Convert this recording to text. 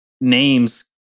names